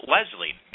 Leslie